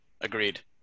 Agreed